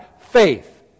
faith